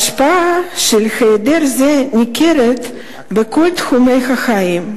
ההשפעה של היעדר זה ניכרת בכל תחומי החיים.